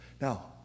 Now